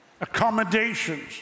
accommodations